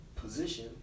position